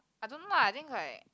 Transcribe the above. I don't know lah I think like